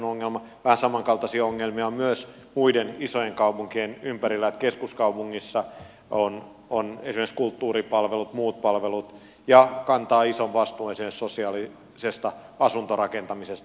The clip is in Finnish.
vähän samankaltaisia ongelmia on myös muiden isojen kaupunkien ympärillä että keskuskaupungissa on esimerkiksi kulttuuripalvelut muut palvelut ja se kantaa ison vastuun esimerkiksi sosiaalisesta asuntorakentamisesta